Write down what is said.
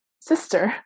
sister